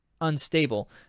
unstable